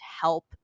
help